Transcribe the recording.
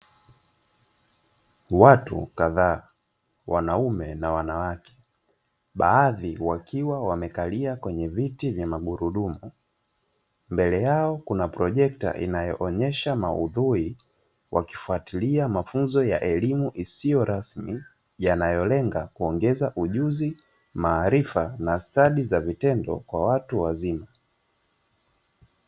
Watu kadhaa wanaume na wanawake, baadhi wakiwa wamekalia kwenye viti vya magurudumu, mbele yao kuna projekta inayoonyesha maudhui wakifuatilia mafunzo ya elimu isiyo rasmi yanayolenga kuongeza ujuzi, maarifa na stadi za vitendo kwa watu wazima.